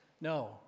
No